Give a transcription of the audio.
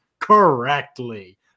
correctly